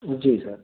जी sir